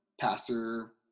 pastor